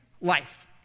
life